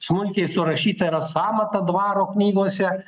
smulkiai surašyta yra sąmata dvaro knygose